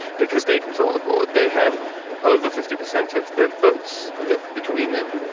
because they control the board they have over fifty percent of the votes between them.